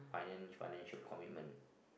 finan~ financial commitment